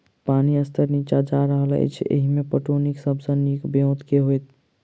पानि स्तर नीचा जा रहल अछि, एहिमे पटौनीक सब सऽ नीक ब्योंत केँ होइत?